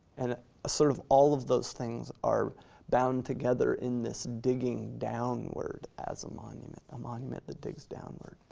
and sort of all of those things are bound together in this digging downward as a monument, a monument that digs downward,